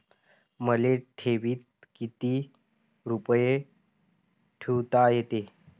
मले ठेवीत किती रुपये ठुता येते?